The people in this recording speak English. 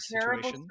terrible